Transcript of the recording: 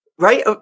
Right